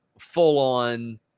full-on